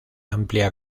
amplia